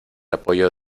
apoyo